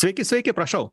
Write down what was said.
sveiki sveiki prašau